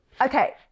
Okay